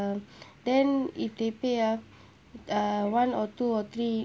uh then if they pay ah one or two or three